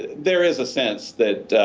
there is a sense that